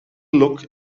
look